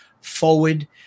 forward